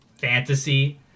fantasy